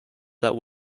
that